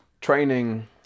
training